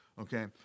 Okay